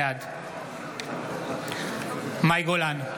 בעד מאי גולן,